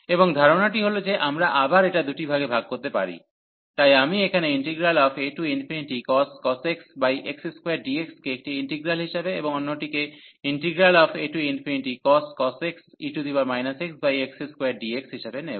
এবং ধারণাটি হল যে আবার আমরা এটা দুটি ভাগে ভাগ করতে পারি তাই আমি এখানে acos x x2dx কে একটি ইন্টিগ্রাল হিসাবে এবং অন্যটিকে acos x e xx2dx হিসাবে নেব